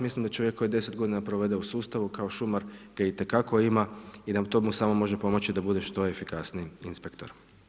Mislim da čovjek koji 10 godina provede u sustavu kao šumar ga itekako ima i da mu to samo može pomoći da bude što efikasniji inspektor.